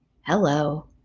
Hello